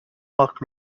marc